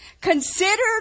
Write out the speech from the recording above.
considered